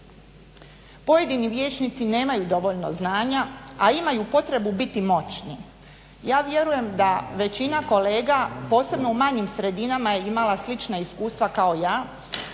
Pojedini vijećnici nemaju dovoljno znanja, a imaju potrebu biti moćni. Ja vjerujem da većina kolega posebno u manjim sredinama je imala slična iskustva kao ja